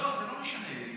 לא, זה לא משנה לי.